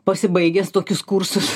pasibaigęs tokius kursus